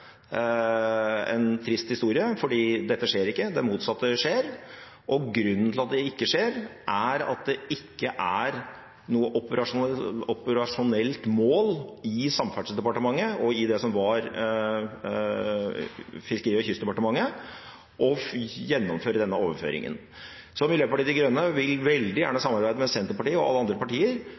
en trist historie, for dette skjer ikke, det er det motsatte som skjer. Og grunnen til at det ikke skjer, er at det ikke er noe operasjonelt mål i Samferdselsdepartementet – og i det som var Fiskeri- og kystdepartementet – å gjennomføre denne overføringen. Så Miljøpartiet De Grønne vil veldig gjerne samarbeide med Senterpartiet, og med alle andre partier,